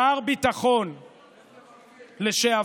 שר ביטחון לשעבר,